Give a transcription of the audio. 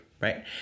right